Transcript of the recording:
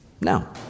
Now